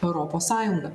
europos sąjungą